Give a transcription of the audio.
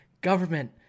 government